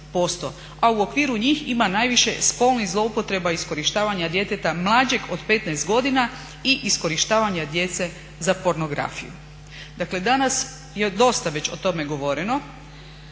a u okviru njih ima najviše spolnih zloupotreba iskorištavanja djeteta mlađeg od 15 godina i iskorištavanja djece za pornografiju. Dakle danas je dosta već o tome govoreno,